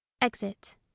Exit